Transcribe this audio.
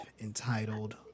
entitled